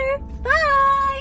Bye